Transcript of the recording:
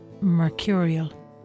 mercurial